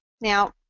Now